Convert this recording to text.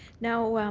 now,